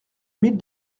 mille